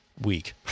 week